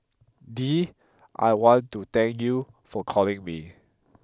Dee I want to thank you for calling me